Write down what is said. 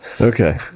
Okay